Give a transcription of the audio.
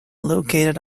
located